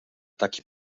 taki